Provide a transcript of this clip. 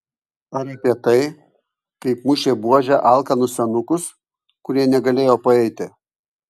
ar apie tai kaip mušė buože alkanus senukus kurie negalėjo paeiti